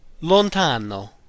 Lontano